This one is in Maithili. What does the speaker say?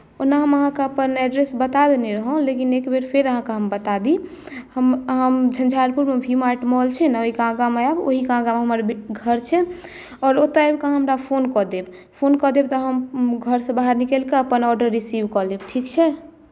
ओना हम अहाँकेँ अपन एड्रेस बता देने रहौँ लेकिन एक बेर फेर हम अहाँकेँ बता दी हम हम झञ्झारपुरमे वी मार्ट मॉल छै ने ओहिके आगाँमे आयब ओहिके आगाँमे हमर घर छै आओर ओतय आबि कऽ अहाँ हमरा फोन कऽ देब फोन कऽ देब तऽ हम घरसँ बाहर निकलि कऽ अपन आर्डर रीसिव कऽ लेब ठीक छै